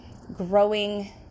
growing